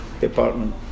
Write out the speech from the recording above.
department